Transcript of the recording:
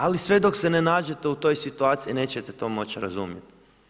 Ali sve dok se ne nađete u toj situaciji nećete to moći razumjeti.